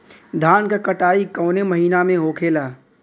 धान क कटाई कवने महीना में होखेला?